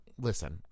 Listen